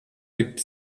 gibt